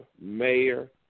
Mayor